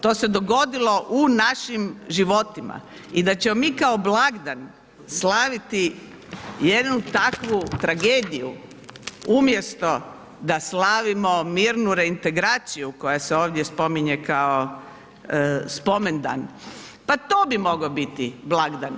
To se dogodilo u našim životima i da ćemo mi kao blagdan slaviti jednu takvu tragediju umjesto da slavimo mirnu reintegraciju koja se ovdje spominje kao spomendan, pa to bi mogao biti blagdan.